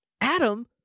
Adam